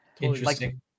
Interesting